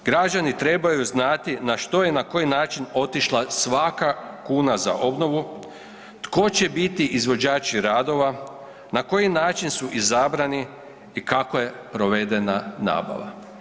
Građani trebaju znati na što je i na koji način otišla svaka kuna za obnovu, tko će biti izvođači radova, na koji način su izabrani i kako je provedena nabava.